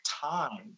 time